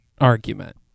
argument